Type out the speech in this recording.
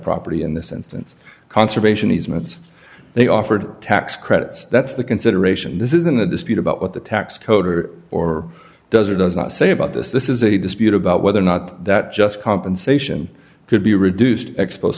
property in this instance conservation easements they offered tax credits that's the consideration this isn't a dispute about what the tax code are or does or does not say about this this is a dispute about whether or not that just compensation could be reduced ex pos